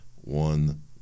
one